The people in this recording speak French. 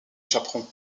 chaperon